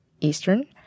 Eastern